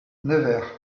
nevers